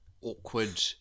awkward